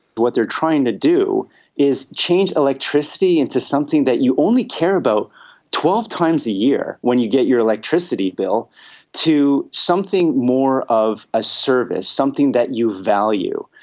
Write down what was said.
what they are trying to do is change electricity into something that you only care about twelve times a year when you get your electricity bill to something more of a service, something that you value.